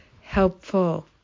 helpful